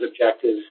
objectives